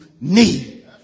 need